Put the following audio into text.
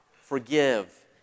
forgive